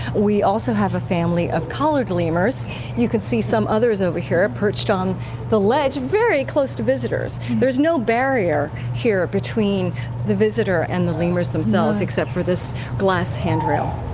we also have a family of coloured lemurs you can see some others over here ah perched on the ledge very close to visitors there is no barrier between the visitors and the lemurs themselves except for this glass handrail.